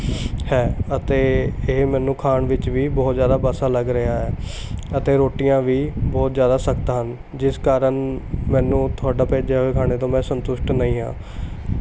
ਹੈ ਅਤੇ ਇਹ ਮੈਨੂੰ ਖਾਣ ਵਿੱਚ ਵੀ ਬਹੁਤ ਜ਼ਿਆਦਾ ਬਾਸਾ ਲੱਗ ਰਿਹਾ ਅਤੇ ਰੋਟੀਆਂ ਵੀ ਬਹੁਤ ਜ਼ਿਆਦਾ ਸਖਤ ਹਨ ਜਿਸ ਕਾਰਨ ਮੈਨੂੰ ਤੁਹਾਡਾ ਭੇਜਿਆ ਹੋਇਆ ਖਾਣੇ ਤੋਂ ਮੈਂ ਸੰਤੁਸ਼ਟ ਨਹੀਂ ਹਾਂ